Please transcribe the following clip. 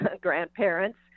grandparents